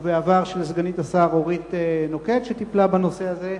ובעבר של סגנית השר אורית נוקד, שטיפלה בנושא הזה,